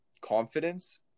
confidence